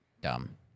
Dumb